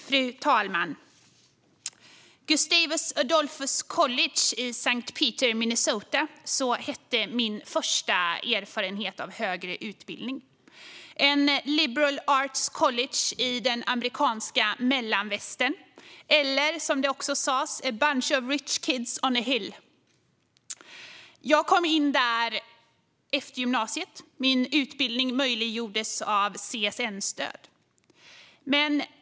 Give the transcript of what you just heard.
Fru talman! Gustavus Adolphus College i Saint Peter i Minnesota var min första erfarenhet av högre utbildning. Det var ett liberal arts college i mellanvästern, eller, som det också sas om det, a bunch of rich kids on a hill. Jag kom in där efter gymnasiet, och min utbildning möjliggjordes av CSN-stöd.